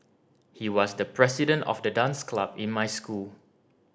he was the president of the dance club in my school